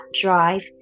drive